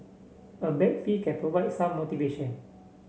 a bag fee can provide some motivation